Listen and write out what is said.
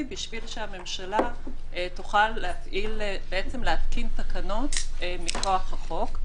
בשביל שהממשלה תוכל להתקין תקנות מכוח החוק,